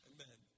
Amen